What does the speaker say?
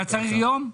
אתה צריך יום?